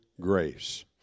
grace